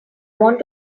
want